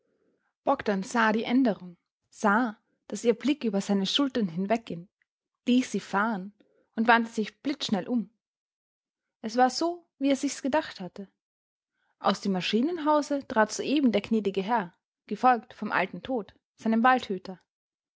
bogdn sah die änderung sah daß ihr blick über seine schultern hinwegging ließ sie fahren und wandte sich blitzschnell um es war so wie er sich's gedacht hatte aus dem maschinenhause trat soeben der gnädige herr gefolgt vom alten tth seinem waldhüter